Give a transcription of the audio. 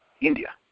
India